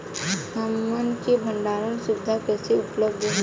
हमन के भंडारण सुविधा कइसे उपलब्ध होई?